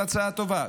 מאיר, זאת הצעה טובה.